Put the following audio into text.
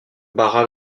barra